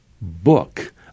book